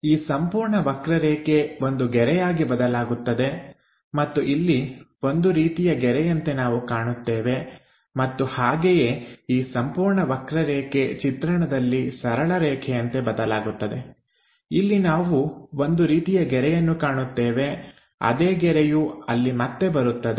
ಈ ಸಂಪೂರ್ಣ ವಕ್ರರೇಖೆ ಒಂದು ಗೆರೆಯಾಗಿ ಬದಲಾಗುತ್ತದೆ ಮತ್ತು ಇಲ್ಲಿ ಒಂದು ರೀತಿಯ ಗೆರೆಯಂತೆ ನಾವು ಕಾಣುತ್ತೇವೆ ಮತ್ತು ಹಾಗೆಯೇ ಈ ಸಂಪೂರ್ಣ ವಕ್ರರೇಖೆ ಚಿತ್ರಣದಲ್ಲಿ ಸರಳ ರೇಖೆಯಂತೆ ಬದಲಾಗುತ್ತದೆ ಇಲ್ಲಿ ನಾವು ಒಂದು ರೀತಿಯ ಗೆರೆಯನ್ನು ಕಾಣುತ್ತೇವೆ ಅದೇ ಗೆರೆಯು ಅಲ್ಲಿ ಮತ್ತೆ ಬರುತ್ತದೆ